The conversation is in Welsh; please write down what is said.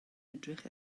edrych